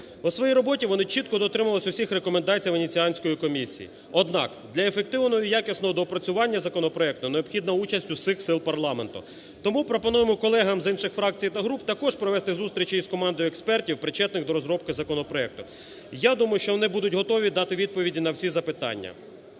У своїй роботі вони чітко дотримувалися усіх рекомендацій Венеціанської комісії. Однак для ефективного і якісного доопрацювання законопроекту необхідна участь усіх сил парламенту. Тому пропонуємо колегам з інших фракцій та груп також провести зустрічі із командою експертів, причетних до розробки законопроекту. Я думаю, що вони будуть готові дати відповіді на всі запитання.